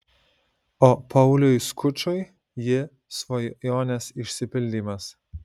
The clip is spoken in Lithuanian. o pauliui skučui ji svajonės išsipildymas